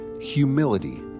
humility